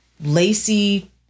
lacy